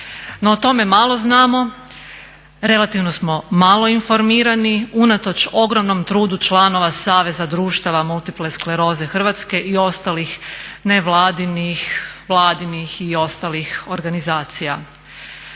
No o tome malo znamo, relativno smo malo informirani unatoč ogromnom trudu članova Saveza društava multiple skleroze Hrvatske i ostalih nevladinih, vladinih i ostalih organizacija.